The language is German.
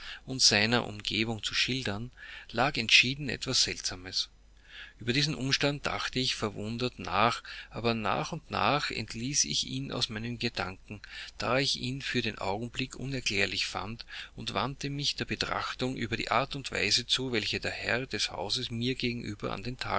und seiner umgebung zu schildern lag entschieden etwas seltsames über diesen umstand dachte ich verwundert nach aber nach und nach entließ ich ihn aus meinen gedanken da ich ihn für den augenblick unerklärlich fand und wandte mich der betrachtung über die art und weise zu welche der herr des hauses mir gegenüber